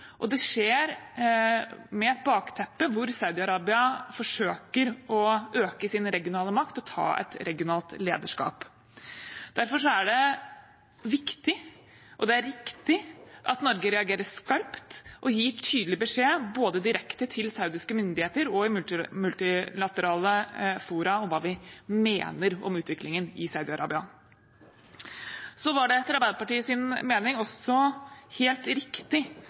stikkord. Det skjer med et bakteppe hvor Saudi-Arabia forsøker å øke sin regionale makt og ta et regionalt lederskap. Derfor er det viktig – og det er riktig – at Norge reagerer skarpt og gir tydelig beskjed både direkte til saudiske myndigheter og i multilaterale fora om hva vi mener om utviklingen i Saudi-Arabia. Det var etter Arbeiderpartiets mening også helt riktig